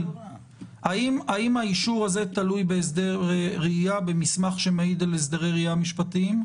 האם האישור הזה תלוי במסמך שמעיד על הסדרי ראייה משפטיים?